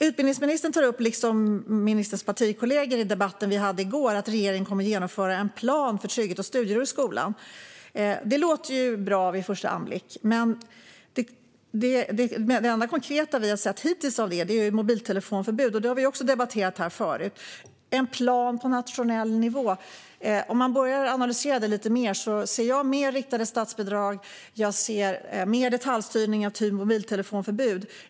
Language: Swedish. Utbildningsministern tar upp, liksom ministerns partikollegor gjorde i debatten i går, att regeringen kommer att genomföra en plan för trygghet och studiero i skolan. Det låter bra vid första anblick, men det enda konkreta vi har sett hittills är mobiltelefonförbud - och det har vi också debatterat tidigare. Låt oss analysera lite mer en plan på nationell nivå. Jag ser fler riktade statsbidrag och mer detaljstyrning av typen mobiltelefonförbud.